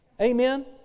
Amen